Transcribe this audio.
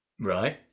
right